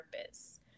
purpose